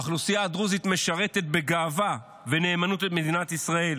האוכלוסייה הדרוזית משרתת בגאווה ובנאמנות את מדינת ישראל